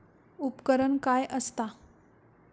उपकरण काय असता?